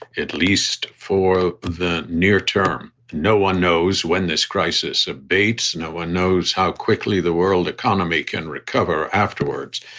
at least for the near term. no one knows when this crisis abates. no one knows how quickly the world economy can recover afterwards.